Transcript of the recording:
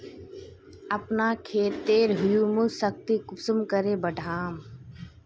अपना खेतेर ह्यूमस शक्ति कुंसम करे बढ़ाम?